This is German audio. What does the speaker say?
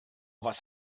was